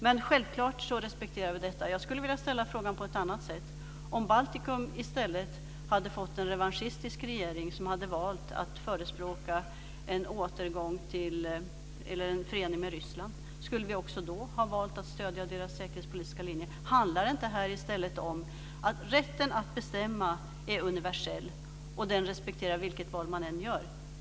Men självklart respekterar vi detta. Jag skulle vilja ställa frågan på ett annat sätt. Om Baltikum i stället hade fått en revanschistisk regering som hade valt att förespråka en förening med Ryssland, skulle vi också då ha valt att stödja Baltikums säkerhetspolitiska linje? Handlar det inte här i stället om att rätten att bestämma är universell och att den respekterar vilket val man än gör?